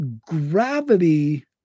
gravity